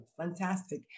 Fantastic